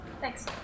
Thanks